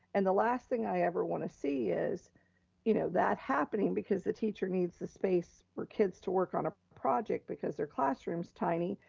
and the last thing i every wanna see is you know that happening because the teacher needs the space for kids to work on a project because their classroom's tiny,